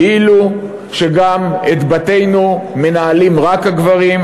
כאילו שגם את בתינו מנהלים רק הגברים,